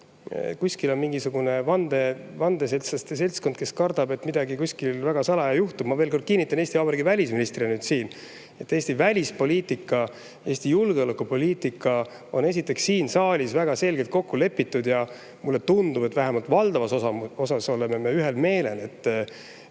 kuskil on mingisugune vandeseltslaste seltskond, kes kardab, et midagi juhtub kuskil väga salaja. Ma veel kord kinnitan Eesti Vabariigi välisministrina, et Eesti välispoliitika, Eesti julgeolekupoliitika on esiteks siin saalis väga selgelt kokku lepitud. Mulle tundub, et vähemalt valdavas osas me oleme ühel meelel,